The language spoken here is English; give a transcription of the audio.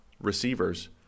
receivers